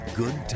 good